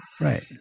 right